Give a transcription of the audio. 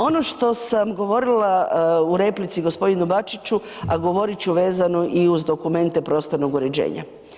Ono što sam govorila u replici g. Bačiću, a govorit ću vezano i uz dokumente prostornog uređenja.